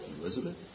Elizabeth